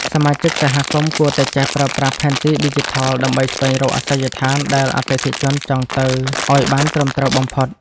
សមាជិកសហគមន៍គួរតែចេះប្រើប្រាស់ផែនទីឌីជីថល ដើម្បីស្វែងរកអាសយដ្ឋានដែលអតិថិជនចង់ទៅឱ្យបានត្រឹមត្រូវបំផុត។